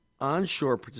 onshore